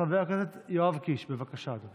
חבר הכנסת יואב קיש, בבקשה.